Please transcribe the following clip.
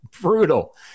Brutal